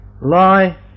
lie